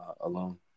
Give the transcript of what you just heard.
alone